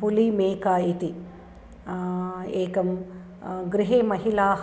पुलिमेका इति एकं गृहे महिलाः